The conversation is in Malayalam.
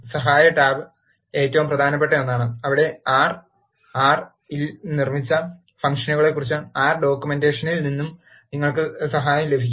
സഹായ ടാബ് ഏറ്റവും പ്രധാനപ്പെട്ട ഒന്നാണ് അവിടെ ആർ ആർ ൽ നിർമ്മിച്ച ഫംഗ്ഷനുകളെക്കുറിച്ചുള്ള ആർ ഡോക്യുമെന്റേഷനിൽ നിന്ന് നിങ്ങൾക്ക് സഹായം ലഭിക്കും